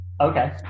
Okay